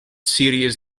serious